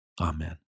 amen